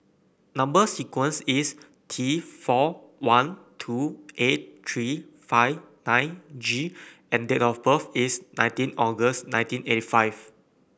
number sequence is T four one two eight three five nine G and date of birth is nineteen August nineteen eighty five